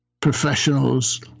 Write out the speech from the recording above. professionals